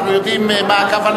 שמבקש לשאול